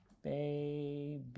Baby